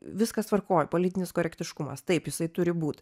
viskas tvarkoj politinis korektiškumas taip jisai turi būt